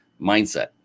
mindset